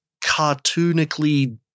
cartoonically